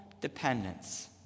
dependence